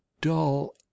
dull